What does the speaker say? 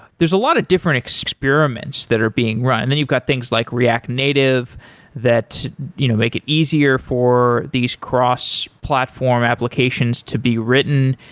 there's a lot of different experiments that are being run. and then you've got things like react native that you know make it easier easier for these cross-platform applications to be written.